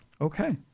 Okay